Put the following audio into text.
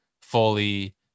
fully